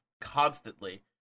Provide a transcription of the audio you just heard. constantly